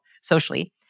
socially